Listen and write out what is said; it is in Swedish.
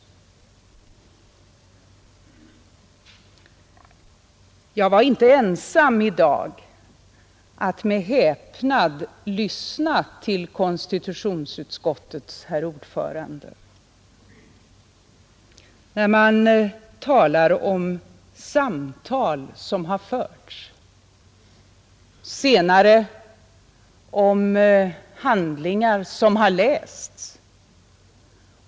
Jag var i dag säkerligen inte ensam om att med häpnad lyssna till konstitutionsutskottets ordförande, när han talade om samtal som förts, senare om handlingar som har lästs.